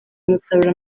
umusaruro